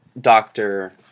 doctor